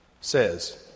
Says